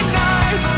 night